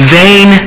vain